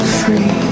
free